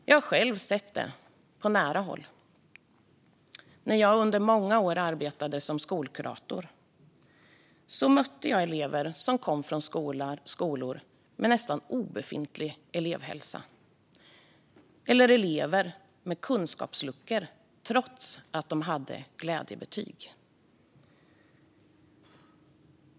Jag har själv sett detta på nära håll när jag under många år arbetade som skolkurator och mötte elever som kom från skolor med nästan obefintlig elevhälsa eller elever med kunskapsluckor trots att de hade glädjebetyg.